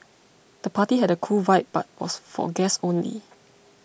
the party had a cool vibe but was for guests only